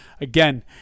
again